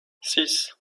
six